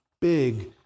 big